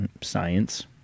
science